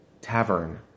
tavern